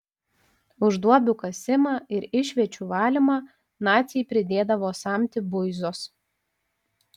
už duobių kasimą ir išviečių valymą naciai pridėdavo samtį buizos